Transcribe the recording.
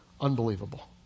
Unbelievable